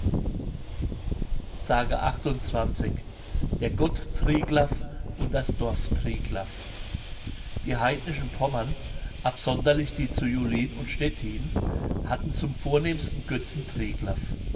der gott triglaf und das dorf triglaf die heidnischen pommern absonderlich die zu julin und stettin hatten zum vornehmsten götzen